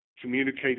communicate